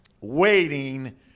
Waiting